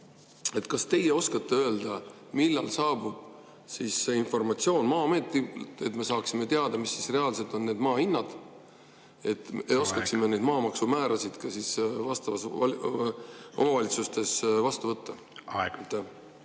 kas teie oskate öelda, millal saabub see informatsioon Maa-ametilt, et me saaksime teada, mis reaalselt on need maa hinnad, ja oskaksime neid maamaksu määrasid omavalitsustes vastu võtta? Aeg!